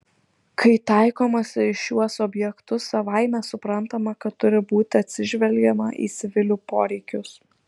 kai taikomasi į šiuos objektus savaime suprantama kad turi būti atsižvelgiama į civilių poreikius